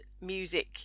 music